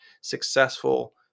successful